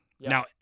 Now